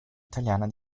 italiana